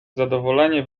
zadowolenie